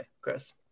Chris